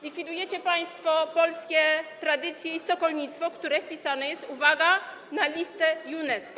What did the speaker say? Likwidujecie państwo polskie tradycje i sokolnictwo, które wpisane jest, uwaga, na listę UNESCO.